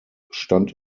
stand